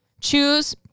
Choose